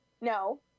No